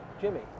Jimmy